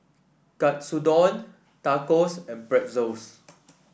Katsudon Tacos and Pretzel